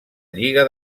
lliga